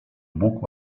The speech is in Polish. bóg